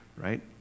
right